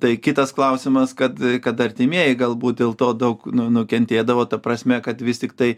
tai kitas klausimas kad kad artimieji galbūt dėl to daug nu nukentėdavo ta prasme kad vis tiktai